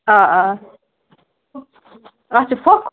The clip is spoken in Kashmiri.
آ آ اَتھ چھُ پھۅکھ